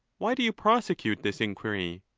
why do you prosecute this inquiry?